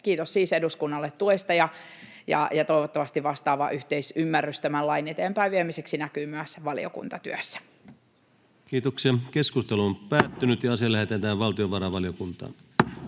Kiitos siis eduskunnalle tuesta, ja toivottavasti vastaava yhteisymmärrys tämän lain eteenpäin viemiseksi näkyy myös valiokuntatyössä. Lähetekeskustelua varten esitellään päiväjärjestyksen